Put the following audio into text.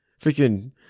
freaking